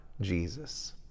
Jesus